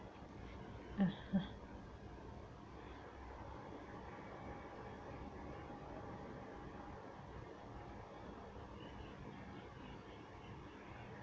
uh uh